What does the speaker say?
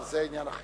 זה משהו אחר.